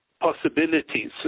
possibilities